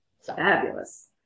Fabulous